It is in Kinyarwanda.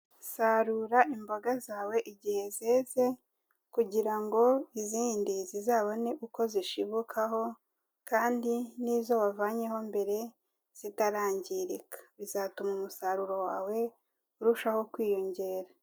Sarura imboga zawe igihe zeze kugira ngo izindi zizabone uko zishibukaho kandi n'izo wavanyeho mbere zitarangirika, bizatuma umusaruro wawe urushaho kwiyongera.